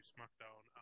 Smackdown